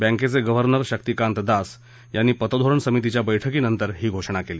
बँकेचे गव्हर्नर शक्तिकांत दास यांनी पतधोरण समितीच्या बैठकीनंतर ही घोषणा केली